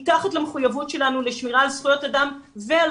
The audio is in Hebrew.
מתחת למחויבות שלנו לשמירה על זכויות אדם ועל